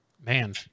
Man